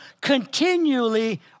continually